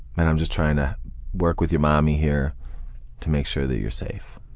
and i'm just trying to work with your mommy here to make sure that you're safe.